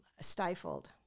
stifled